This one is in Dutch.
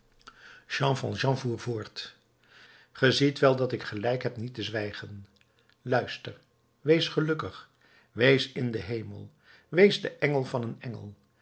jean valjean voer voort ge ziet wel dat ik gelijk heb niet te zwijgen luister wees gelukkig wees in den hemel wees de engel van een engel